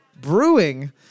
Brewing